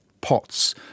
pots